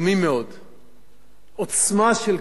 עוצמה של כוח כמעט בלתי מוגבל.